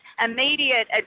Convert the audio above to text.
immediate